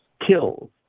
kills